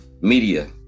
Media